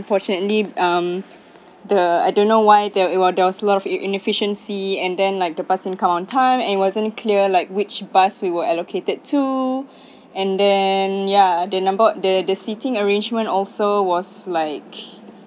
unfortunately um the I don't know why there was it was a lot of inefficiency and then like the bus didn't come on time and wasn't clear like which bus we were allocated to and then ya the number of the seating arrangement also was like